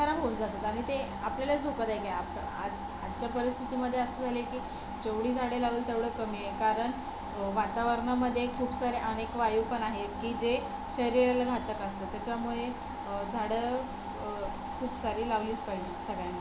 खराब होऊन जातात आणि ते आपल्यालाच धोकादायक आहे आज आजच्या परिस्थितीमध्ये असं झालं आहे की जेवढी झाडे लावाल तेवढं कमी आहे कारण वातावरणामध्ये खूप साऱ्या अनेक वायू पण आहेत की जे शरीराला घातक असतात त्याच्यामुळे झाडं खूप सारी लावलीच पाहिजेत सगळ्यांनी